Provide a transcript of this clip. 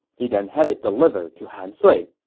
he then had it delivered to han sui